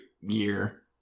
year